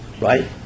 right